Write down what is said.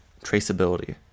traceability